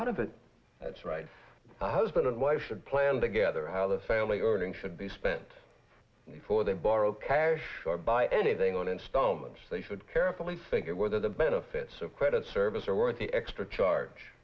out of it that's right the husband and wife should plan together how the family earning should be spent before they borrow cash or buy anything on installments they should carefully think it whether the benefits of credit service are worth the extra charge